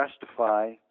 justify